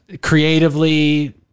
creatively